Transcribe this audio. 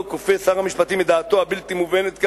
כופה שר המשפטים את דעתו הבלתי-מובנת,